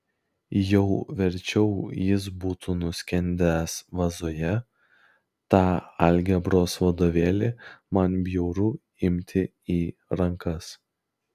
jau verčiau jis būtų nuskendęs vazoje tą algebros vadovėlį man bjauru imti į rankas